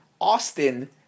Austin